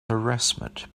harassment